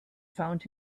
found